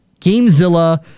Gamezilla